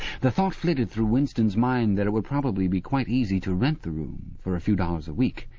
the thought flitted through winston's mind that it would probably be quite easy to rent the room for a few dollars a week,